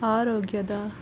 ಆರೋಗ್ಯದ